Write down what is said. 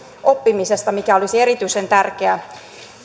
oppimisesta mikä olisi erityisen tärkeää